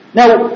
Now